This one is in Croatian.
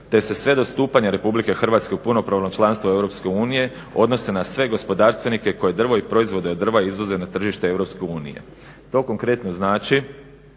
te se sve do stupanja RH u punopravno članstvo EU odnose na sve gospodarstvenike koji drvo i proizvode od drva izvoze na tržište EU. To konkretno znači